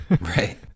right